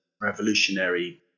revolutionary